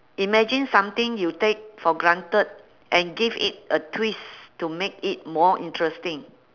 imagine something you take for granted and give it a twist to make it more interesting